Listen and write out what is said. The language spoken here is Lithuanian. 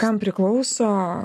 kam priklauso